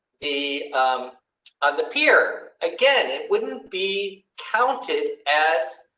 the um on the pier again, it wouldn't be counted as.